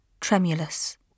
Tremulous